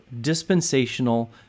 dispensational